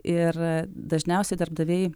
ir dažniausiai darbdaviai